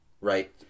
Right